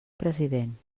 president